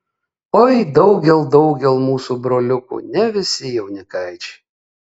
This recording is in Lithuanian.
oi daugel daugel mūsų broliukų ne visi jaunikaičiai